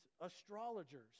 astrologers